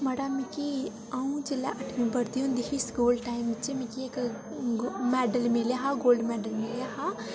मड़ा मिकी अ'ऊं जेह्लै अठमीं पढ़दी होंदी ही स्कूल टाइम च मिकी इक मैडल मिलेआ हा गोल्ड मैडल मिलेआ हा